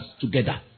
together